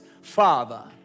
Father